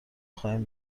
خواهیم